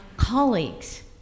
colleagues